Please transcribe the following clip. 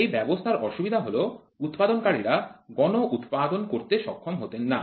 এই ব্যবস্থার অসুবিধা হল উৎপাদনকারীরা গণ উৎপাদন করতে সক্ষম হতেন না